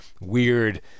weird